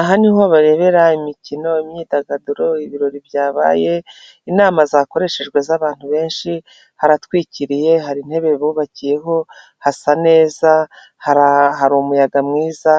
Aha niho barebera imikino imyidagaduro, ibirori byabaye, inama zakoreshejwe z'abantu benshi, haratwikiriye hari intebe bubakiyeho, hasa neza hari umuyaga mwiza